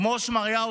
כמו שמריהו,